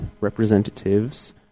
representatives